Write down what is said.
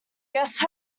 guest